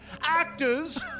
actors